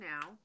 now